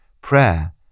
prayer